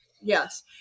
Yes